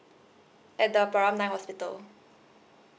at the praram nine hospital